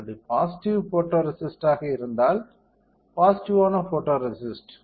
அது positive photoresist ஆக இருந்தால் பாசிட்டிவ்வான ஃபோட்டோரேசிஸ்ட்